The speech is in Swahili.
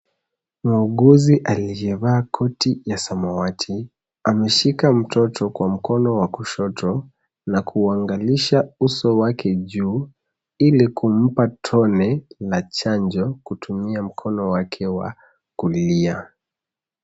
Muuguzi aliyevaa koti ya samawati, ameshika mtoto kwa mkono wa kushoto na kuangalisha uso wake juu, ili kumpa tone la chanjo kutumia mkono wake wa kulia.